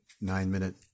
nine-minute